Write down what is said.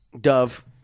Dove